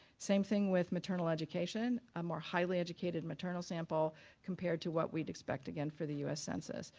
same thing with maternal education. a more highly educated maternal sample compared to what we'd expect again for the u s. census.